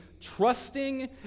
trusting